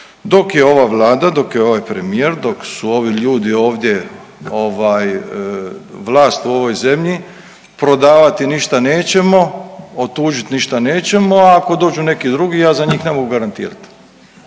Dok je ova Vlada, dok je ovaj premijer, dok su ovi ljudi ovdje ovaj vlast u ovoj zemlji prodavati ništa nećemo, otuđit ništa nećemo, a ako dođu neki drugi ja za njih ne mogu garantirat.